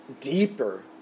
deeper